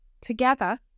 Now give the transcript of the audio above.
together